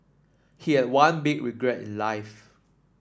he had one big regret in life